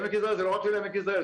עמק יזרעאל זה לא רק של עמק יזרעאל.